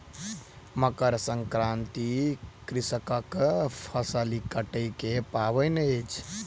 मकर संक्रांति कृषकक फसिल कटै के पाबैन अछि